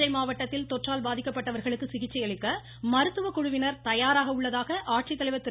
தஞ்சை மாவட்டத்தில் தொற்றால் பாதிக்கப்பட்டவர்களுக்கு சிகிச்சையளிக்க மருத்துவ குழுவினர் தயாராக உள்ளதாக ஆட்சித்தலைவர் திரு